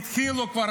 התחילו כבר,